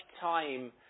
time